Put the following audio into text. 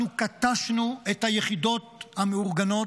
אנחנו כתשנו את היחידות המאורגנות,